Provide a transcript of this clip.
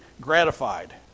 gratified